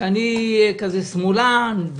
שאני שמאלן.